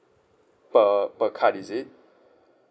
per per card is it